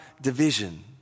division